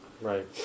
Right